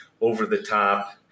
over-the-top